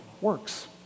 works